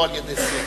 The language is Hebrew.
לא על-ידי סיעתך.